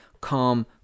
calm